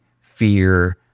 fear